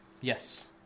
Yes